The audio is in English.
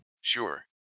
Sure